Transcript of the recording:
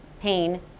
Pain